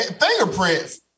Fingerprints